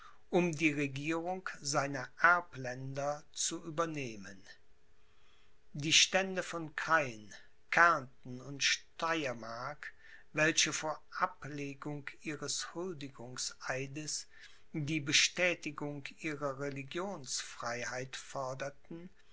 um die regierung seiner erbländer zu übernehmen die stände von krain kärnthen und steyermark welche vor ablegung ihres huldigungseides die bestätigung ihrer religionsfreiheit forderten